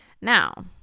Now